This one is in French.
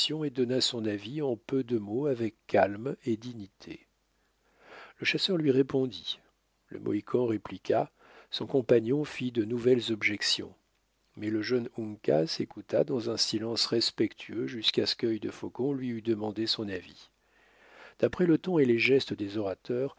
donna son avis en peu de mots avec calme et dignité le chasseur lui répondit le mohican répliqua son compagnon fit de nouvelles objections mais le jeune uncas écouta dans un silence respectueux jusqu'à ce quœil de faucon lui eût demandé son avis d'après le ton et les gestes des orateurs